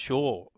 Sure